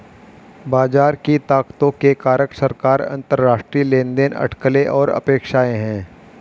बाजार की ताकतों के कारक सरकार, अंतरराष्ट्रीय लेनदेन, अटकलें और अपेक्षाएं हैं